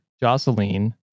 Jocelyn